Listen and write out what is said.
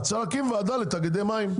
אז צריכים וועדה לתאגידי מים,